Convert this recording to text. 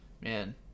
Man